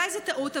אולי זו טעות,